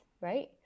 right